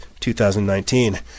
2019